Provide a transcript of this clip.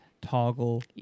Toggle